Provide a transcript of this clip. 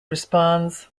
responds